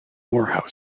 morehouse